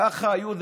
כך היו,